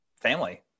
family